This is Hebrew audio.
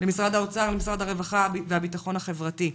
למשרד האוצר, משרד הרווחה והביטחון החברתי.